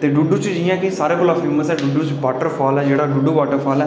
ते डूड्डू च जि'यां के सारे शा फेमस जेह्ड़ा ऐ वॉटरफॉल ऐ जेह्ड़ा डूड्डू वॉटरफॉल ऐ